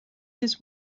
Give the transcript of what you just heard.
this